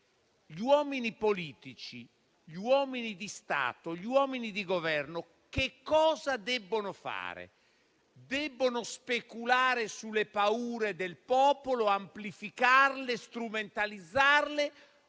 Gli uomini politici, gli uomini di Stato, gli uomini di Governo che cosa devono fare? Devono speculare sulle paure del popolo, amplificarle, strumentalizzarle